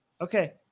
Okay